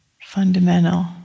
fundamental